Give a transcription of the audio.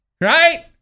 Right